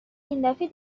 ایندفعه